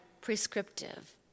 prescriptive